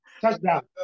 Touchdown